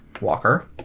Walker